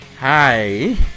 Hi